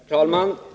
Herr talman!